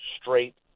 straight